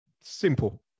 simple